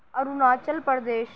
Arunachal Pradesh